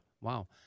wow